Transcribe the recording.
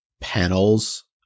panels